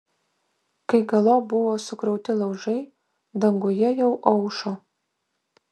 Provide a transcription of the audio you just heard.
kai galop buvo sukrauti laužai danguje jau aušo